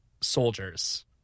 soldiers